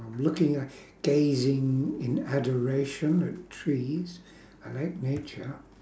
I'm looking at gazing in adoration of trees I like nature